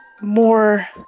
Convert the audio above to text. more